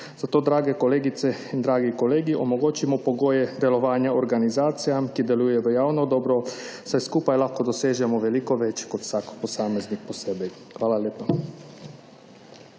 Zato, drage kolegice in dragi kolegi, omogočimo pogoje delovanja organizacijam, ki delujejo v javno dobro, saj skupaj lahko dosežemo veliko več kot vsak posameznik posebej. Hvala lepa.